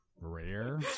Rare